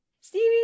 Stevie